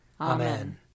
Amen